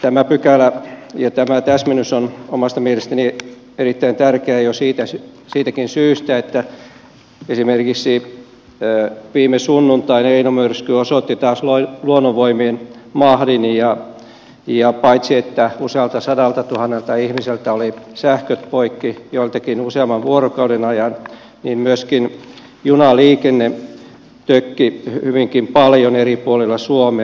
tämä pykälä ja tämä täsmennys on omasta mielestäni erittäin tärkeä jo siitäkin syystä että esimerkiksi viime sunnuntain eino myrsky osoitti taas luonnonvoimien mahdin ja paitsi että usealta sadaltatuhannelta ihmiseltä oli sähköt poikki joiltakin useamman vuorokauden ajan niin myöskin junaliikenne tökki hyvinkin paljon eri puolilla suomea